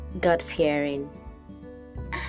God-fearing